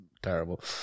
Terrible